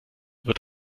wird